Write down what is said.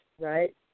right